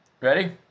Ready